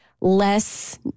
less